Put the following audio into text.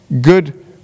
good